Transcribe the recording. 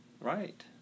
Right